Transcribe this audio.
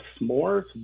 S'mores